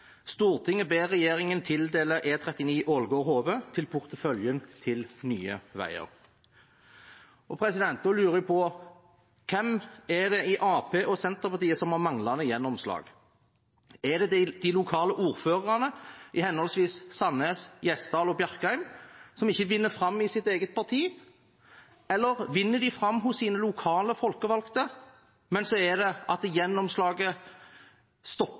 ber regjeringen tildele E39 Ålgård–Hove til porteføljen til Nye Veier.» Da lurer jeg på: Hvem er det i Arbeiderpartiet og Senterpartiet som har manglende gjennomslag? Er det de lokale ordførerne i henholdsvis Sandnes, Gjesdal og Bjerkreim som ikke vinner fram i sitt eget parti, eller vinner de fram hos sine lokale folkevalgte, men så